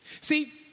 See